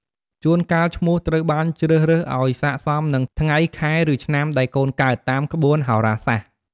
ជួនកាល ឈ្មោះត្រូវបានជ្រើសរើសឲ្យស័ក្តិសមនឹងថ្ងៃ ខែ ឬ ឆ្នាំដែលកូនកើត តាមក្បួនហោរាសាស្ត្រ។